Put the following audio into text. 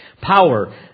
Power